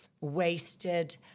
wasted